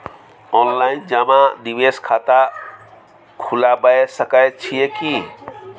Online जमा निवेश खाता खुलाबय सकै छियै की?